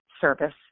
service